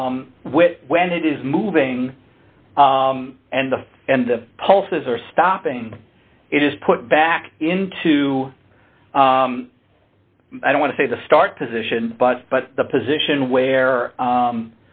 that when it is moving and the and the pulses are stopping it is put back into i don't want to say the start position but but the position where